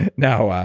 and now,